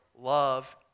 love